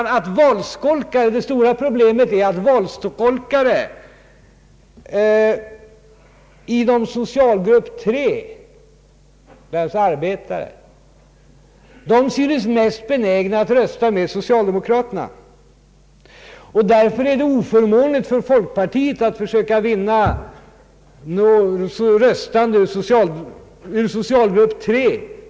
I promemorian sades det beträffande problemet med valskolkare att socialgrupp 3, alltså ar betare, syntes mest benägna att rösta med socialdemokraterna. Därför var det oförmånligt för folkpartiet att försöka vinna röstande ur socialgrupp 3.